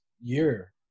year